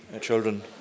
children